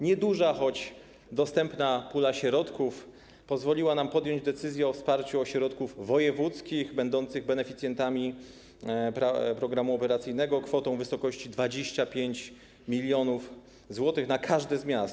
Nieduża, choć dostępna pula środków pozwoliła nam podjąć decyzję o wsparciu ośrodków wojewódzkich, będących beneficjentami programu operacyjnego, kwotą w wysokości 25 mln zł na każde z miast.